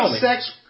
sex